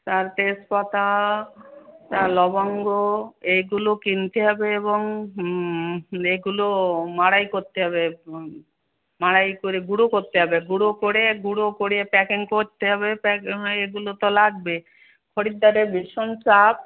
তার তেজপাতা তার লবঙ্গ এইগুলো কিনতে হবে এবং এগুলো মড়াই করতে হবে মড়াই করে গুঁড়ো করতেে হবে গুঁড়ো করে গুঁড়ো করেিয়ে প্যাকিং করতে হবে প্যাঁ এগুলো তো লাগবে খরিদ্দারে ভীষণ চাপ